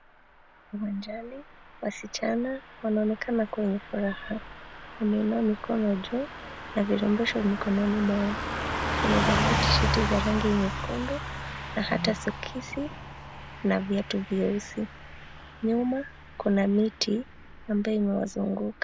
Uwanjani, wasichana wanaonekana kua wenye furaha. Wameinua mikono juu na virembesho mikononi mwao. Wamevalia tisheti za rangi nyekundu, na hata sokisi, na viatu vyeusi. Nyuma kuna miti ambayo imewazunguka.